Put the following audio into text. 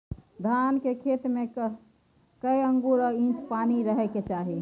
धान के खेत में कैए आंगुर आ इंच पानी रहै के चाही?